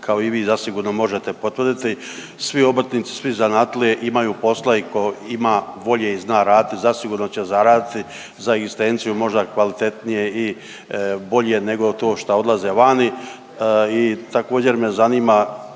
kao i vi zasigurno možete potvrditi, svi obrtnici i svi zanatlije imaju posla i ko ima volje i zna raditi zasigurno će zaraditi za egzistenciju, možda kvalitetnije i bolje nego to šta odlaze vani. I također me zanima